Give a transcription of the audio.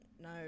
no